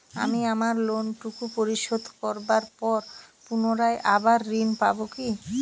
আমি আমার লোন টুকু পরিশোধ করবার পর পুনরায় আবার ঋণ পাবো কি?